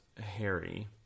Harry